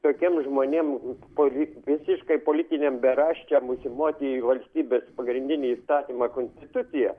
tokiem žmonėm polit visiškai politiniam beraščiam užsimoti į valstybės pagrindinį įstatymą konstituciją